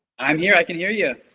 i'm here i can hear you.